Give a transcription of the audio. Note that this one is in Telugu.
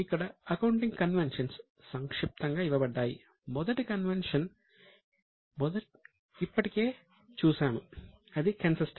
ఇక్కడ అకౌంటింగ్ కన్వెన్షన్స్